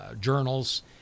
journals